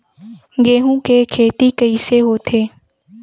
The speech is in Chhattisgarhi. गेहूं के खेती कइसे होथे?